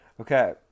Okay